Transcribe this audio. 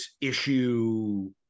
issue